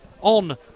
on